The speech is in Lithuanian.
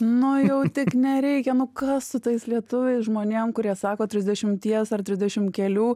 nu jau tik nereikia nu kas su tais lietuviais žmonėm kurie sako trisdešimties ar trisdešimt kelių